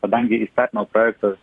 kadangi įstatymo projektas